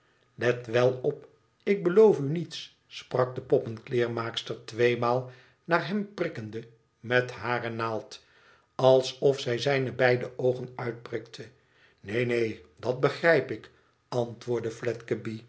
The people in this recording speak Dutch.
let wel op ik beloof u niets sprak de poppenkleermaakster tweemaal naar hem prikkende met hare naald alof zij zijne beide oogen uit prikte neen neen dat hegrijp ik antwoordde